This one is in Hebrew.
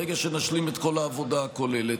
ברגע שנשלים את כל העבודה הכוללת.